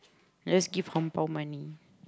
just give hong-bao money